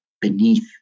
beneath